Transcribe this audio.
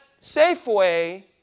Safeway